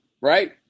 right